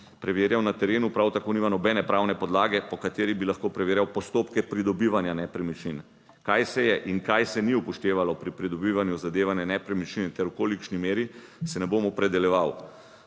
preverjal na terenu. Prav tako nima nobene pravne podlage po kateri bi lahko preverjal postopke pridobivanja nepremičnin. Kaj se je in kaj se ni upoštevalo pri pridobivanju zadeva na nepremičnine ter v kolikšni meri se ne bom opredeljeval.